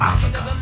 Africa